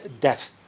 debt